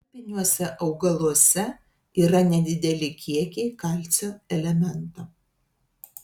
varpiniuose augaluose yra nedideli kiekiai kalcio elemento